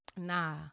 Nah